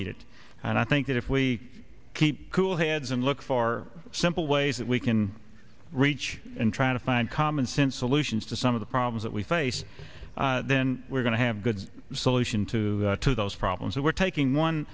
need it and i think that if we keep cool heads and look for simple ways that we can reach and try to find common sense solutions to some of the problems that we face then we're going to have good solution to to those problems that we're taking one